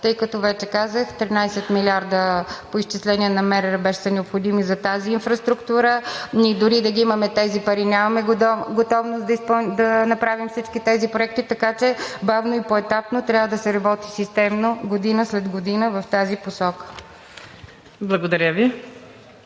нататък. Вече казах, че 13 милиарда – по изчисление на МРРБ, ще са необходими за тази инфраструктура. Ние дори да имаме тези пари нямаме готовност да направим всички тези проекти, така че бавно и поетапно трябва да се работи системно година след година в тази посока. ПРЕДСЕДАТЕЛ